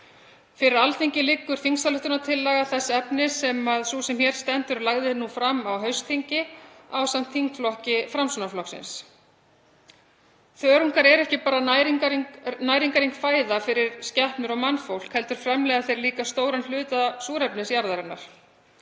Fyrir Alþingi liggur þingsályktunartillaga þess efnis sem sú sem hér stendur lagði fram á haustþingi ásamt þingflokki Framsóknarflokksins. Þörungar eru ekki bara næringarrík fæða fyrir skepnur og mannfólk heldur framleiða þeir líka stóran hluta súrefnis jarðarinnar.